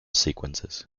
sequences